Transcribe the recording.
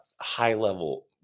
high-level